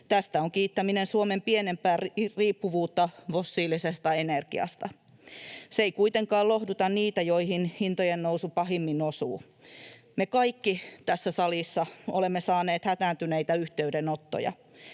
Tästä on kiittämien Suomen pienempää riippuvuutta fossiilisesta energiasta. Se ei kuitenkaan lohduta niitä, joihin hintojen nousu pahimmin osuu. Me kaikki tässä salissa olemme saaneet hätääntyneitä yhteydenottoja.